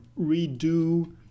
redo